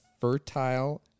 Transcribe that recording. Fertile